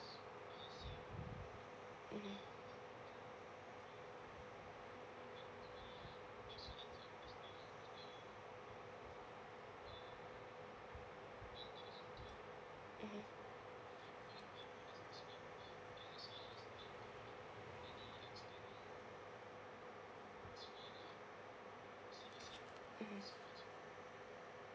mmhmm mmhmm mmhmm